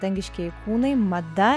dangiškieji kūnai mada